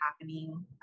happening